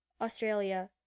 Australia